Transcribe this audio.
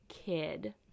Kid